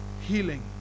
healing